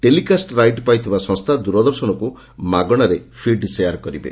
telecast right ପାଇଥିବା ସଂସ୍ଥା ଦୂରଦର୍ଶନକୁ ମାଗଶାରେ ଫିଡ୍ ସେୟାର କରିବେ